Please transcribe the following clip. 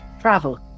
travel